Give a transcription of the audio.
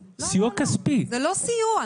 לפחות כפול אחד וחצי מהשכר הממוצע במשק.